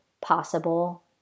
possible